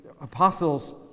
apostles